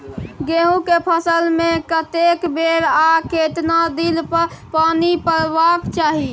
गेहूं के फसल मे कतेक बेर आ केतना दिन पर पानी परबाक चाही?